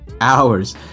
Hours